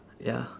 ya